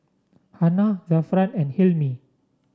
Hana Zafran and Hilmi